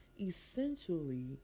essentially